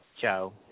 Joe